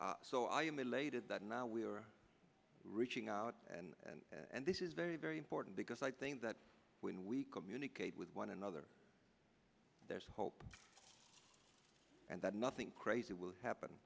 discussion so i am elated that now we are reaching out and and this is very very important because i think that when we communicate with one another there's hope and that nothing crazy will happen